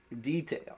detail